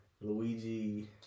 luigi